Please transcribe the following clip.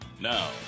Now